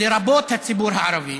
לרבות הציבור הערבי,